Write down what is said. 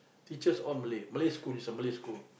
teachers all Malay Malay school it's a Malay school